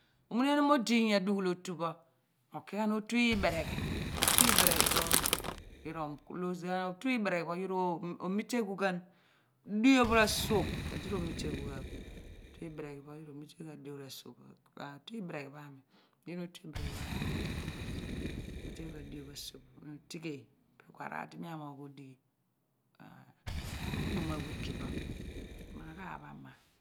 Oomaneniohm oding adughu i otu pho r' oki ghan otu ibereghi otu ibereghi pho yoor rꞌ close ghen, otu ibereghi pho yoor rꞌomi teeghu ghan dioph asuogh ku edi rꞌomiteeghu ghan bu. Otu ubereghi pho yoor rꞌomiteeghu ghan dooph asuogh otu ubereghi pho amir ajien poo oko mo three cross. Ku wuon ro okaaph bo doph asuogh rꞌotighee, ipe ku araam di mi amoogh odighi okpom awiki pho mima aghaaph ama dan